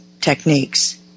techniques